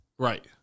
Right